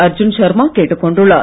அர்ஜுன் ஷர்மா கேட்டுக் கொண்டுள்ளார்